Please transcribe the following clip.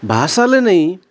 भाषाले नै